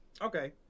okay